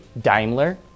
Daimler